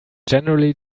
generally